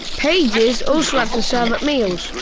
paiges also have to serve at meals!